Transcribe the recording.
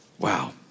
Wow